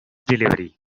delivery